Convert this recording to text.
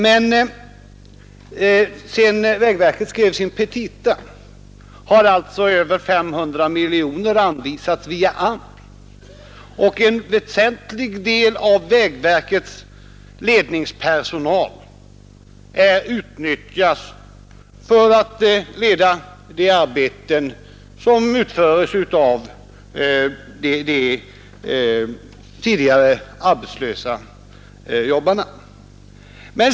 Sedan vägverket skrev sina petita har över 500 miljoner kronor anvisats via AMS. En väsentlig del av vägverkets personal utnyttjas för att leda de arbeten som utförs av den tidigare arbetslösa personalen.